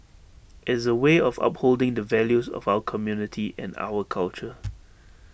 is A way of upholding the values of our community and our culture